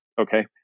Okay